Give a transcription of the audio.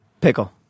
Pickle